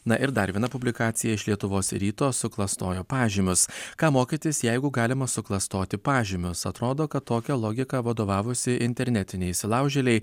na ir dar viena publikacija iš lietuvos ryto suklastojo pažymius kam mokytis jeigu galima suklastoti pažymius atrodo kad tokia logika vadovavosi internetiniai įsilaužėliai